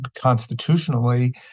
constitutionally